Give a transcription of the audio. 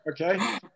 okay